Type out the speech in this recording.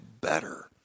better